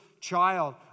child